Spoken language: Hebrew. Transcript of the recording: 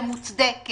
נופל.